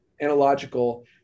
analogical